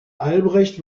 albrecht